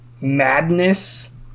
madness